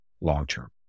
long-term